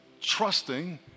trusting